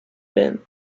been